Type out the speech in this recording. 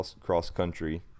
cross-country